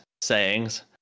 sayings